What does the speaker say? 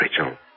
Rachel